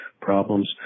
problems